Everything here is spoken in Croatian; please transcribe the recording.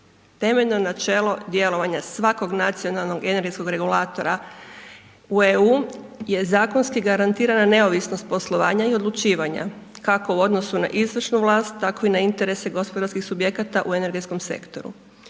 Temeljno načelo djelovanja svakog nacionalnog energetskog regulatora, u EU je zakonski garantirana neovisnost poslovanja i odlučivanja, kako u odnosu na izvršnu vlast, tako i na interese gospodarskih subjekata u energetskom sektoru,